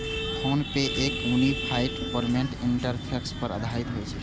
PhonePe app unified payments interface पर आधारित होइ छै